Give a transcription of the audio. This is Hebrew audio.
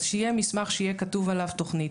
אז שיהיה מסמך שיהיה כתוב עליו תוכנית,